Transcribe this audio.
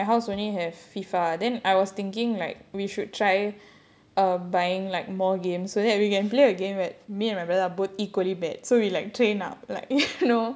orh intro some games and like because my house only have FIFA then I was thinking like we should try err buying like more games so that we can play a game that me and my brother are both equally bad so we like train up like you know